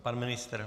Pan ministr?